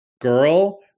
girl